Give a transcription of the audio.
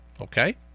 Okay